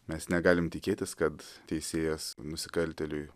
mes negalim tikėtis kad teisėjas nusikaltėliui